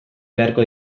beharko